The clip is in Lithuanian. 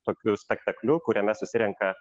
tokiu spektakliu kuriame susirenka